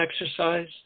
exercise